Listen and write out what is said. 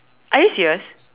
are you serious